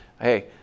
hey